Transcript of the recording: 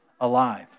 alive